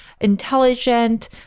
intelligent